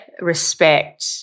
respect